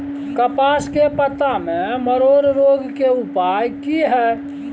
कपास के पत्ता में मरोड़ रोग के उपाय की हय?